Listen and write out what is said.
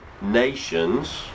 nations